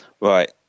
Right